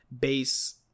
base